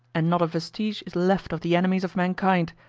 and not a vestige is left of the enemies of mankind,